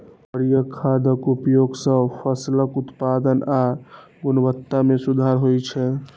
हरियर खादक उपयोग सं फसलक उत्पादन आ गुणवत्ता मे सुधार होइ छै